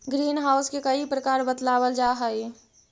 green house के कई प्रकार बतलावाल जा हई